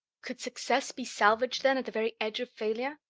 could success be salvaged, then, at the very edge of failure?